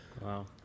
Wow